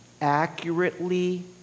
accurately